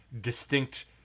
distinct